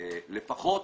לפחות